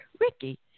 Ricky